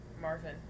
Marvin